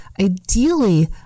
ideally